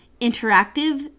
interactive